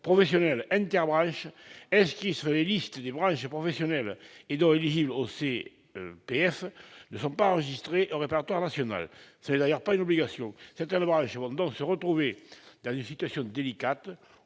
professionnelle interbranches inscrits sur les listes des branches professionnelles, et donc éligibles au CPF, ne sont pas enregistrés au répertoire national- ce n'est d'ailleurs pas une obligation. Certaines branches vont donc se retrouver dans une situation délicate.